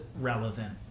relevant